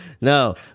No